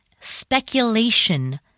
speculation